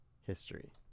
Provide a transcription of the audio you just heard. history